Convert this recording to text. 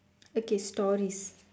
okay stories